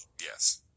Yes